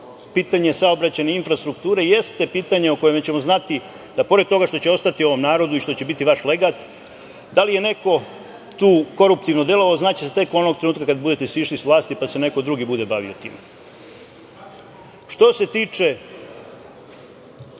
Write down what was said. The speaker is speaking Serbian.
pitanje saobraćajne infrastrukture jeste pitanje o kome ćemo znati da pored toga što će ostati ovom narodu i što će biti vaš legat, da li je neko tu koruptivno delovao znaće se tek onog trenutka kada budete sišli sa vlasti pa se neko drugi bude bavio time. Što se tiče